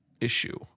issue